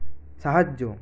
সাহায্য